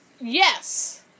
yes